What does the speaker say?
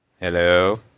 Hello